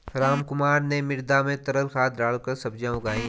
रामकुमार ने मृदा में तरल खाद डालकर सब्जियां उगाई